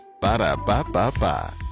Ba-da-ba-ba-ba